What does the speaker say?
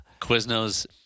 Quiznos